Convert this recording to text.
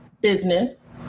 business